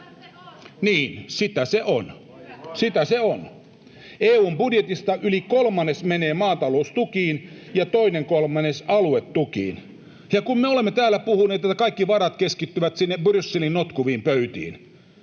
Niin, sitä se on. EU:n budjetista yli kolmannes menee maataloustukiin ja toinen kolmannes aluetukiin. — Ja kun me olemme täällä puhuneet, että kaikki varat keskittyvät sinne Brysselin notkuviin pöytiin,